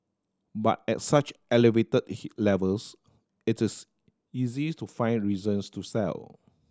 but at such elevated levels it is easy to find reasons to sell